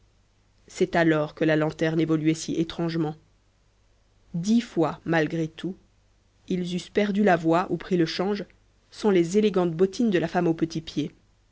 c'est alors que la lanterne évoluait si étrangement dix fois malgré tout ils eussent perdu la voie ou pris le change sans les élégantes bottines de la femme au petit pied